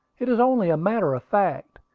it is only a matter of fact,